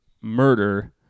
murder